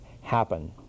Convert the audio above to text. happen